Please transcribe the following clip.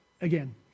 again